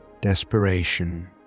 desperation